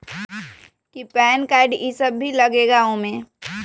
कि PAN card इ सब भी लगेगा वो में?